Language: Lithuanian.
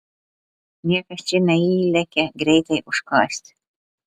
niekas čia neįlekia greitai užkąsti